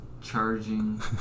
Charging